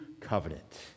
covenant